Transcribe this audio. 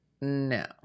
No